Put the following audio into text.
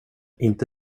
inte